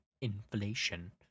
Inflation